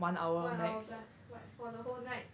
one one hour plus but for the whole night